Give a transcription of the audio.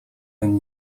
ten